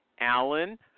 Alan